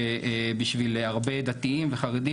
שבשביל הרבה דתיים וחרדים,